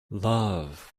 love